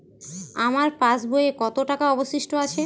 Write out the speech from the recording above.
আমার পাশ বইয়ে কতো টাকা অবশিষ্ট আছে?